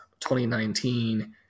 2019